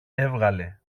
έβγαλε